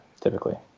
typically